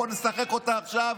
בוא נשחק אותה עכשיו